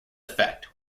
effect